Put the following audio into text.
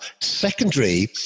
Secondary